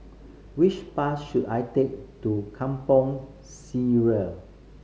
which bus should I take to Kampong Sireh